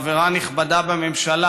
היא הייתה חברה נכבדה בממשלה,